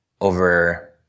over